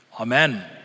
Amen